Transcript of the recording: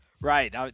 Right